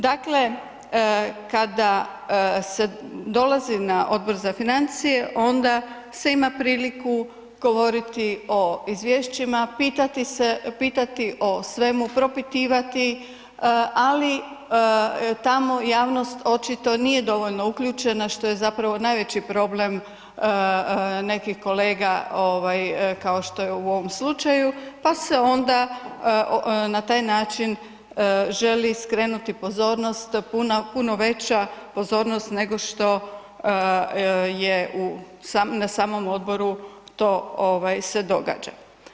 Dakle, kada se dolazi na Odbor za financije, onda se ima priliku govoriti o izvješćima, pitati o svemu, propitivati ali tamo javnost očito nije dovoljno uključena što je zapravo najveći problem nekih kolega kao što je u ovom slučaju pa se onda na taj način želi skrenuti pozornost, puno veća pozornost je na samom odboru se događa.